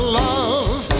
love